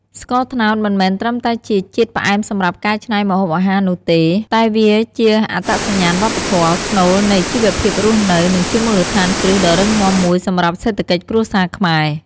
ស្ករត្នោត មិនមែនត្រឹមតែជាជាតិផ្អែមសម្រាប់កែច្នៃម្ហូបអាហារនោះទេ តែវាជាអត្តសញ្ញាណវប្បធម៌ ស្នូលនៃជីវភាពរស់នៅ និងជាមូលដ្ឋានគ្រឹះដ៏រឹងមាំមួយសម្រាប់សេដ្ឋកិច្ចគ្រួសារខ្មែរ។